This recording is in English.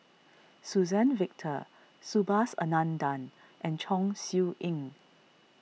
Suzann Victor Subhas Anandan and Chong Siew Ying